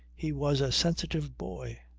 he was a sensitive boy.